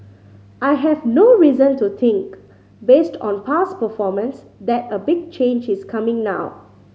I have no reason to think based on past performance that a big change is coming now